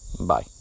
Bye